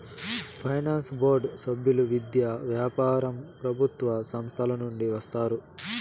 finance board సభ్యులు విద్య, వ్యాపారం ప్రభుత్వ సంస్థల నుండి వస్తారు